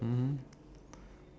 suffocate